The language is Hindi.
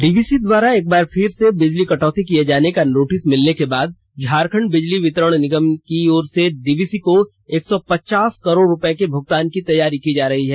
डीवीसी द्वारा एक बार फिर बिजली कटौती किए जाने का नोटिस मिलने के बाद झारखंड बिजली वितरण निगम की ओर से डीवीसी को एक सौ पचास करोड़ रूपये के भुगतान की तैयारी की जा रही है